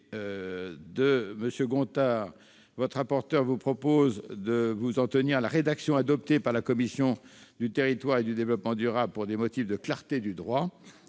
de M. Gontard, votre rapporteur vous propose de vous en tenir à la rédaction adoptée par la commission de l'aménagement du territoire et du développement durable pour des motifs de clarté du droit.